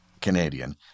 Canadian